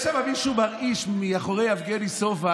יש שם מישהו מרעיש מאחורי יבגני סובה,